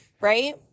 right